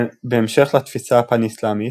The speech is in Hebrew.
בהמשך לתפיסה הפאן-אסלאמית,